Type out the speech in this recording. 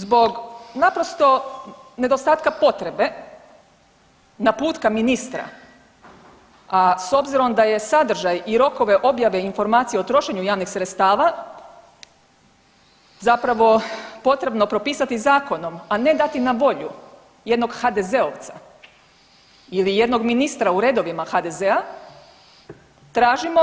Zbog naprosto nedostatka potrebe, naputka ministra, a s obzirom da je sadržaj i rokove objave informacija o trošenju javnih sredstava zapravo potrebno propisati zakonom, a ne dati na volju jednog HDZ-ovca ili jednog ministra u redovima HDZ-a tražimo